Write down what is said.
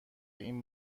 این